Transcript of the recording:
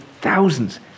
thousands